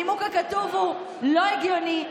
הנימוק הכתוב הוא לא הגיוני.